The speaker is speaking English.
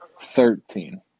Thirteen